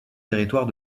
territoire